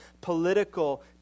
political